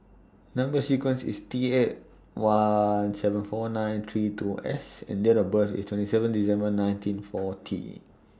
Number sequence IS T eight one seven four nine three two S and Date of birth IS twenty seven December nineteen forty